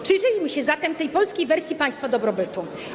Przyjrzyjmy się zatem tej polskiej wersji państwa dobrobytu.